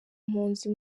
mpunzi